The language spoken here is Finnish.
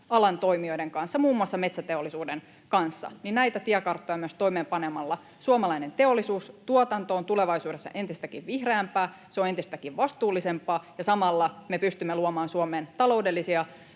alan toimijoiden kanssa, muun muassa metsäteollisuuden kanssa — suomalainen teollisuustuotanto on tulevaisuudessa entistäkin vihreämpää, se on entistäkin vastuullisempaa ja samalla me pystymme luomaan Suomeen taloudellisia